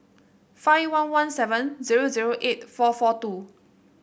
five one one seven zero zero eight four four two